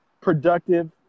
productive